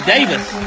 Davis